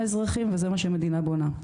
האזרחים, וזה מה שהמדינה בונה.